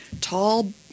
tall